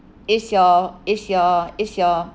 it's your it's your it's your